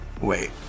Wait